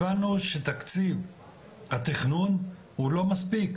הבנו שתקציב התכנון הוא לא מספיק,